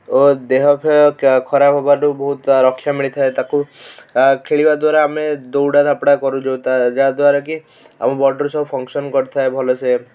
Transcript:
ଓ ଦେହଫେହ କ ଖରାପ ହବାଠାରୁ ବହୁତ ରକ୍ଷା ମିଳିଥାଏ ତାକୁ ଆ ଖେଳିବାଦ୍ୱାରା ଆମେ ଦୌଡ଼ା ଧାପଡ଼ା କରୁ ଯେଉଁ ତା' ଯାଦ୍ଵାରାକି ଆମ ବଡ଼ିରୁ ସବୁ ଫଙ୍କସନ୍ କରିଥାଏ ଭଲସେ